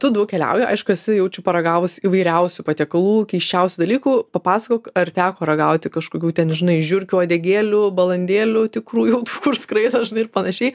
tu daug keliauji aišku esi jaučiu paragavus įvairiausių patiekalų keisčiausių dalykų papasakok ar teko ragauti kažkokių ten žinai žiurkių uodegėlių balandėlių tikrųjų kur skraido žinai ir panašiai